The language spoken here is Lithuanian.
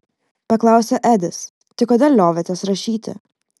paklausė edis tai kodėl liovėtės rašyti